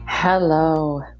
Hello